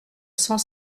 cent